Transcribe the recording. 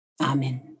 Amen